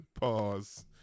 Pause